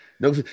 No